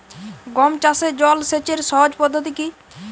গম চাষে জল সেচের সহজ পদ্ধতি কি?